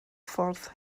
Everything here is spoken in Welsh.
ffordd